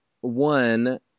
one